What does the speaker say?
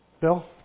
Bill